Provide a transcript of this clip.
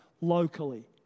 locally